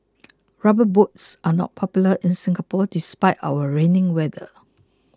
rubber boots are not popular in Singapore despite our rainy weather